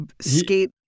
skate